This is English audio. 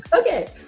okay